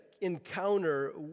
encounter